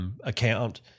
account